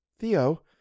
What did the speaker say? Theo